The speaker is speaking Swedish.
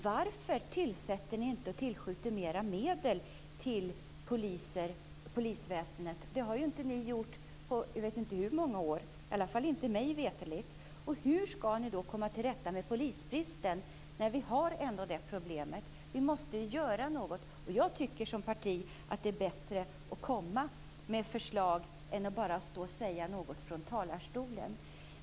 Varför tillskjuter ni inte mera medel till polisväsendet? Mig veterligt har ni inte gjort det på många år. Hur skall ni då komma till rätta med polisbristen? Vi har ju ändå det problemet. Vi måste göra något. Jag tycker att det är bättre att komma med förslag än att bara stå i talarstolen och säga något.